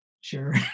sure